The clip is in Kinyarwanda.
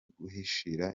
guhishira